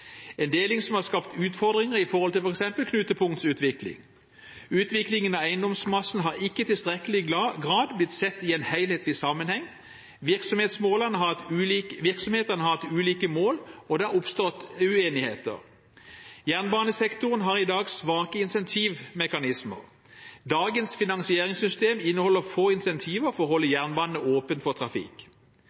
en deling som har skapt utfordringer for f.eks. knutepunktsutvikling. Utviklingen av eiendomsmassen har ikke i tilstrekkelig grad blitt sett i en helhetlig sammenheng. Virksomhetene har hatt ulike mål, og det har oppstått uenigheter. Jernbanesektoren har i dag svake incentivmekanismer. Dagens finansieringssystem inneholder få incentiver for å holde jernbanen åpen for trafikk.